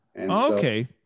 Okay